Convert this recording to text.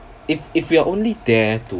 if if you are only there to